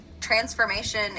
Transformation